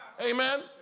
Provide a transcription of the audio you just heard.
Amen